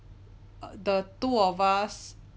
the two of us